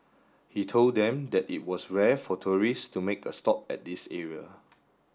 he told them that it was rare for tourists to make a stop at this area